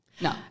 no